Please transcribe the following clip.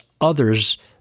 others